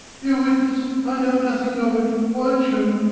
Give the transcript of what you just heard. you'll witness i know nothing of it, won't you?